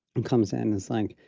um comes in is like,